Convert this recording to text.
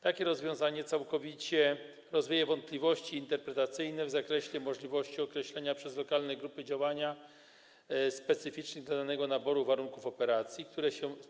Takie rozwiązanie całkowicie rozwiewa wątpliwości interpretacyjne w zakresie możliwości określenia przez lokalne grupy działania specyficznych dla danego naboru warunków operacji,